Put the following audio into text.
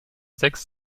sechs